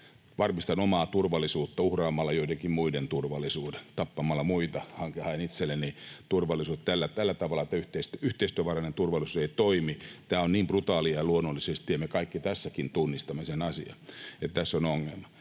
varmistan omaa turvallisuutta uhraamalla joidenkin muiden turvallisuuden, tappamalla muita haen itselleni turvallisuutta — tällä tavalla tämä yhteistyövarainen turvallisuus ei toimi. Tämä on niin brutaalia, luonnollisesti, ja me kaikki tässäkin tunnistamme sen asian, että tässä on ongelma.